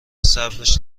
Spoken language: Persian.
صبرش